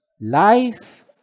life